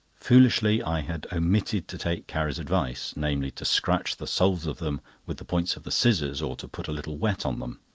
foolishly, i had omitted to take carrie's advice namely, to scratch the soles of them with the points of the scissors or to put a little wet on them.